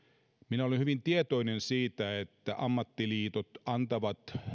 minä olen hyvin tietoinen siitä että ammattiliitot antavat